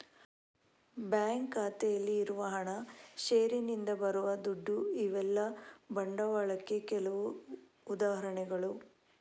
bank ಖಾತೆಯಲ್ಲಿ ಇರುವ ಹಣ, ಷೇರಿನಿಂದ ಬರುವ ದುಡ್ಡು ಇವೆಲ್ಲ ಬಂಡವಾಳಕ್ಕೆ ಕೆಲವು ಉದಾಹರಣೆಗಳು